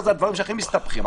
אלה הדברים שהכי מסתבכים.